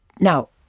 Now